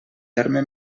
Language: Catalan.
terme